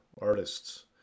artists